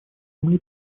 земли